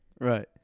Right